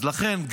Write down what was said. אז לכן,